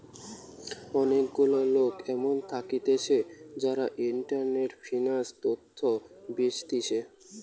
অনেক গুলা লোক এমন থাকতিছে যারা ইন্টারনেটে ফিন্যান্স তথ্য বেচতিছে